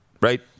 right